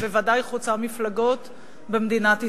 ובוודאי חוצה מפלגות במדינת ישראל.